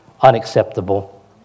unacceptable